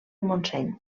montseny